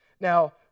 Now